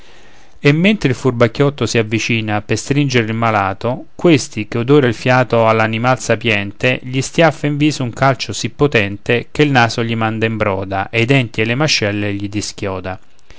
e mentre il furbacchiotto si avvicina per stringere il malato questi che odora il fiato all'animal sapiente gli stiaffa in viso un calcio sì potente che il naso manda in broda e i denti e le mascelle gli dischioda